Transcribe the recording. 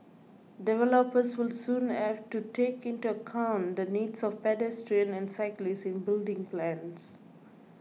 developers will soon have to take into account the needs of pedestrians and cyclists in building plans